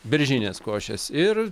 beržinės košės ir